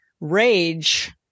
rage